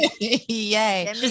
Yay